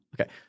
Okay